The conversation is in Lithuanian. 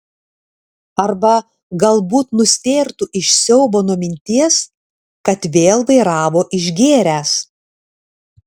arba galbūt nustėrtų iš siaubo nuo minties kad vėl vairavo išgėręs